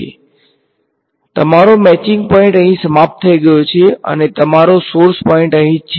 તેથી તમારો matching point અહીં સમાપ્ત થઈ ગયો છે અને તમારો સોર્સ પોઈન્ટ અહીં જ છે